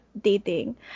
dating